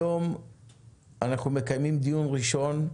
היום אנחנו מקיימים דיון ראשון,